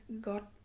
God